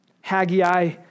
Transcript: Haggai